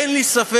אין לי ספק